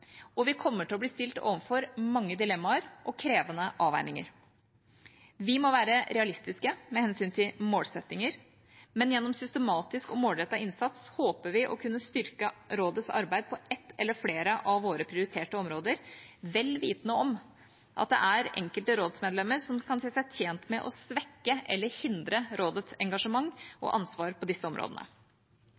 og vi kommer til å bli stilt overfor mange dilemmaer og krevende avveininger. Vi må være realistiske med hensyn til målsettinger, men gjennom systematisk og målrettet innsats håper vi å kunne styrke rådets arbeid på ett eller flere av våre prioriterte områder, vel vitende om at enkelte rådsmedlemmer kan se seg tjent med å svekke eller hindre rådets engasjement og ansvar på disse områdene.